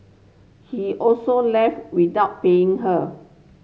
he also left without paying her